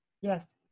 Yes